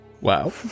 Wow